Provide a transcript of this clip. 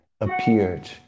appeared